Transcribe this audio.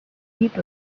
heap